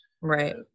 Right